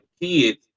kids